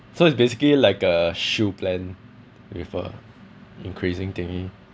so it's basically like a shield plan with a increasing thingy